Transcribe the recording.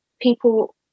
people